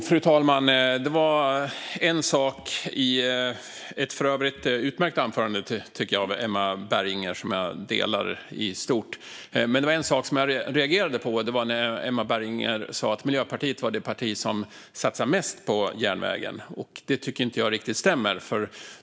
Fru talman! Det var ett utmärkt anförande av Emma Berginger, tycker jag - jag håller med om det i stort. Men det var en sak som jag reagerade på, nämligen att Emma Berginger sa att Miljöpartiet är det parti som satsar mest på järnvägen. Det tycker jag inte riktigt stämmer.